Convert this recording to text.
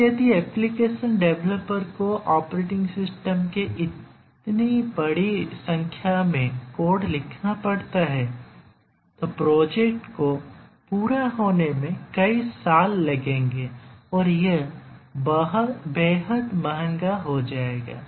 अब यदि application developer को ऑपरेटिंग सिस्टम के इतनी बड़ी संख्या में कोड लिखना पड़ता है तो प्रोजेक्ट को पूरा होने में कई साल लगेंगे और यह बेहद महंगा हो जाएगा